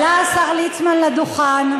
עלה השר ליצמן לדוכן,